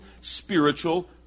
spiritual